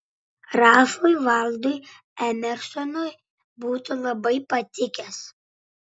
ralfui valdui emersonui būtų labai patikęs